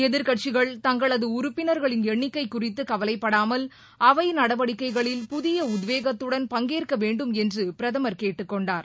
எதிர்க்கட்சிகள் தங்களது உறுப்பினர்களின் எண்ணிக்கை குறித்து கவலைப்படாமல் அவை நடவடிக்கைகளில் புதிய உத்வேகத்துடன் பங்கேற்க வேண்டும் என்று பிரதமர் கேட்டுக் கொண்டார்